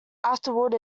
afterward